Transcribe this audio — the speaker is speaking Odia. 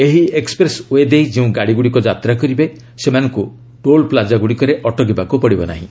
ଏହି ଏକ୍ୱପ୍ରେସ୍ ୱେ ଦେଇ ଯେଉଁ ଗାଡ଼ିଗୁଡ଼ିକ ଯାତ୍ରା କରିବେ ସେମାଙ୍କୁ ଟୋଲ୍ପ୍ଲାଜା ଗୁଡ଼ିକରେ ଅଟକିବାକୁ ପଡିବ ନାହିଁ